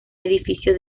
edificio